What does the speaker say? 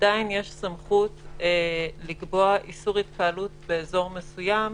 עדיין יש סמכות לקבוע איסור התקהלות באזור מסוים